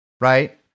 Right